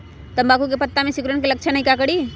तम्बाकू के पत्ता में सिकुड़न के लक्षण हई का करी?